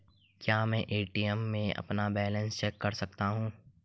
क्या मैं ए.टी.एम में अपना बैलेंस चेक कर सकता हूँ?